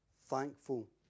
thankful